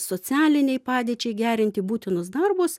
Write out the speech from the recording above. socialinei padėčiai gerinti būtinus darbus